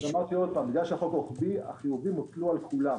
בגלל שהחוק רוחבי, החיובים הוטלו על כולם.